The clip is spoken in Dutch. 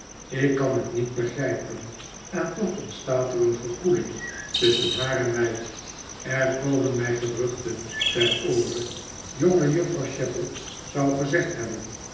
ik kan het niet begrijpen en toch ontstaat er een verkoeling tusschen haar en mij er komen mij geruchten ter oore jongejuffrouw shepherd zou gezegd hebben